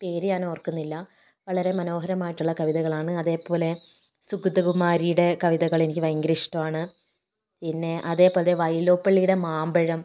പേര് ഞാൻ ഓർക്കുന്നില്ല വളരെ മനോരമായിട്ടുള്ള കവിതകളാണ് അതേപോലെ സുഗതകുമാരിയുടെ കവിതകൾ എനിക്ക് ഭയങ്കര ഇഷ്ടമാണ് പിന്നെ അതേ പോലെ വൈലോപ്പിള്ളിയുടെ മാമ്പഴം